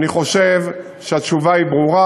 אני חושב שהתשובה היא ברורה.